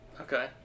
Okay